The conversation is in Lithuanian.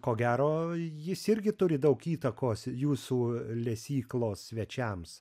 ko gero jis irgi turi daug įtakos jūsų lesyklos svečiams